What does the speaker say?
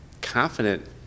confident